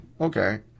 Okay